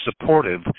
supportive